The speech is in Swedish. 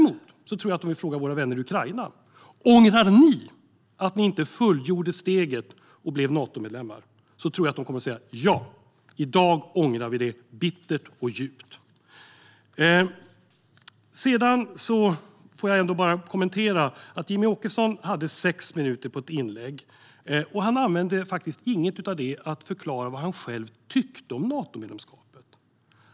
Om vi däremot frågar våra vänner i Ukraina om de ångrar att de inte fullgjorde steget och blev Natomedlemmar tror jag att de kommer att säga: Ja, i dag ångrar vi det bittert och djupt. Jag vill bara kommentera att Jimmie Åkesson i sitt inlägg på sex minuter inte använde någon tid till att förklara vad han själv tycker om ett Natomedlemskap.